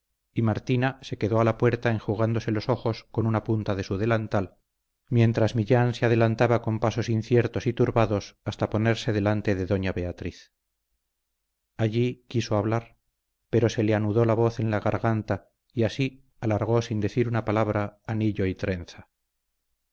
y martina se quedó a la puerta enjugándose los ojos con una punta de su delantal mientras millán se adelantaba con pasos inciertos y turbados hasta ponerse delante de doña beatriz allí quiso hablar pero se le anudó la voz en la garganta y así alargó sin decir una palabra anillo y trenza